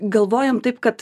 galvojam taip kad